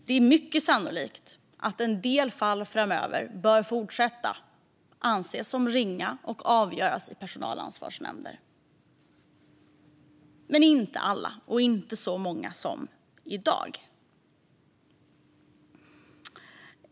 Det är mycket sannolikt att en del fall framöver bör fortsätta anses som ringa och bör avgöras i personalansvarsnämnder, men inte alla och inte så många som i dag.